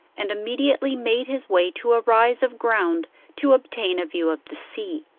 and immediately made his way to a rise of ground to obtain a view of the sea.